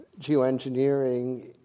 geoengineering